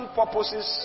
purposes